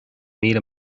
míle